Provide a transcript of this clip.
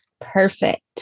Perfect